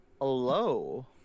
hello